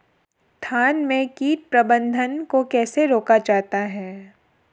धान में कीट प्रबंधन को कैसे रोका जाता है?